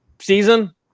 season